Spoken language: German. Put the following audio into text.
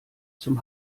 zum